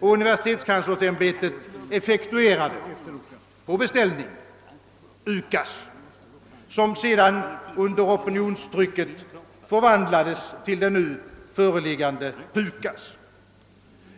och universi-- tetskanslersämbetet effektuerade på be ställning UKAS, som sedan under opinionstrycket förvandlades till PUKAS, vilket nu föreligger.